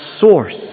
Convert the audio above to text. source